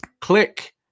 Click